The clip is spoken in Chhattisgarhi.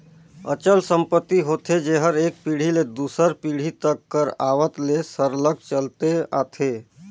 अचल संपत्ति होथे जेहर एक पीढ़ी ले दूसर पीढ़ी तक कर आवत ले सरलग चलते आथे